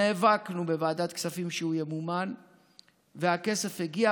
נאבקנו בוועדת הכספים שהוא ימומן והכסף הגיע,